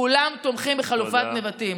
כולם תומכים בחלופת נבטים.